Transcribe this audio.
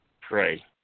Pray